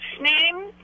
name